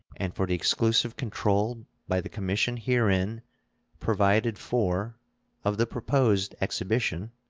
and for the exclusive control by the commission herein provided for of the proposed exhibition,